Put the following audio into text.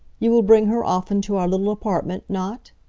you will bring her often to our little apartment, not?